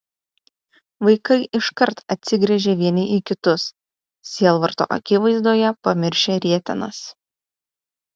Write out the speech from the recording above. vaikai iškart atsigręžė vieni į kitus sielvarto akivaizdoje pamiršę rietenas